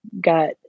got